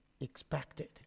expected